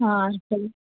ஆ சரி